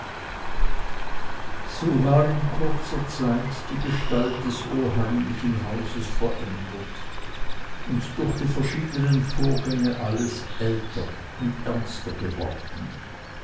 so war in kurzer zeit die gestalt des oheimlichen hauses verändert und durch die verschiedenen vorgänge alles älter und ernster geworden